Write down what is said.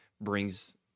brings